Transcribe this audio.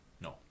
No